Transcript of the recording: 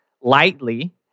lightly